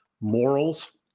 morals